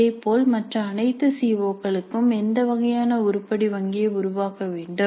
இதேபோல் மற்ற அனைத்து சிஓக்களுக்கும் எந்த வகையான உருப்படி வங்கியை உருவாக்க வேண்டும்